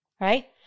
Right